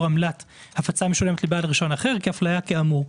עמלת הפצה משולמת לבעל רישיון אחר כהפליה כאמור.